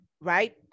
right